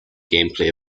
gameplay